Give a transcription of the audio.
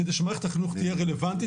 כדי שמערכת החינוך תהיה רלוונטית,